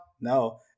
no